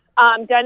done